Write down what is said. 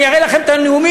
אני אראה לכם את הנאומים.